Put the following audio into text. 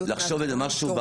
מתאים.